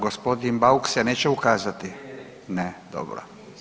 Gospodin Bauk se neće ukazati … [[Upadica: Ne razumije se.]] ne, dobro.